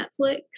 Netflix